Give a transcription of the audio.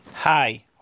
Hi